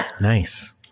Nice